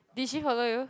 did she follow you